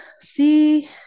See